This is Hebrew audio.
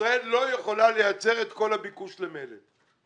ישראל לא יכולה לייצר את כל הביקוש למלט.